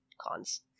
cons